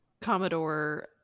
Commodore